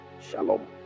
Shalom